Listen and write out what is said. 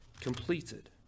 completed